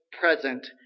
present